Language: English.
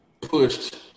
pushed